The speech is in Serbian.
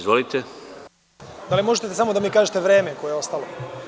Da li možete da mi kažete vreme koje je ostalo?